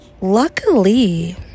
luckily